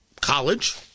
college